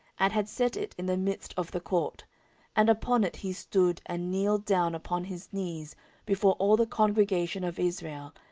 and had set it in the midst of the court and upon it he stood, and kneeled down upon his knees before all the congregation of israel,